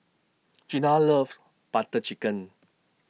Gina loves Butter Chicken